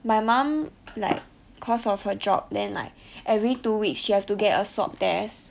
my mum like cause of her job then like every two weeks you have to get a swab test